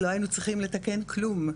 לא היינו צריכים לתקן כלום,